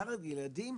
בעיקר לילדים,